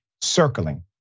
circling